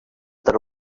their